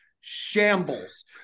shambles